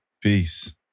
Peace